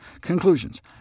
Conclusions